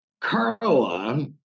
Carla